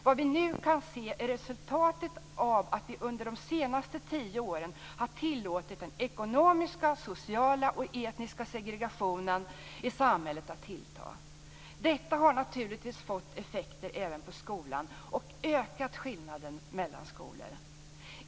Vad vi nu kan se är resultatet av att vi under senaste tio åren har tillåtit den ekonomiska, sociala och etniska segregationen i samhället att tillta. Detta har naturligtvis fått effekter även på skolan och ökat skillnaden mellan skolor.